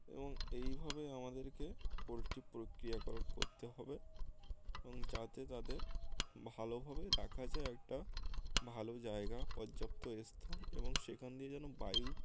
এবং এইভাবে আমাদেরকে পোলট্রি প্রক্রিয়াকরণ করতে হবে এবং যাতে তাদের ভালোভাবে রাখা যায় একটা ভালো জায়গা পর্যাপ্ত স্থান এবং সেখান দিয়ে যেন বায়ু